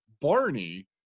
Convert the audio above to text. Barney